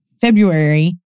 February